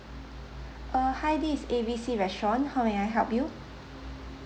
uh hi this is A B C restaurant how may I help you